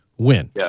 win